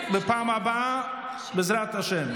בפעם הבאה, בעזרת השם.